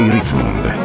Ritzmond